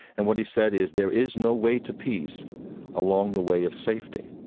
and what he said is, there is no way to peace along the way of safety.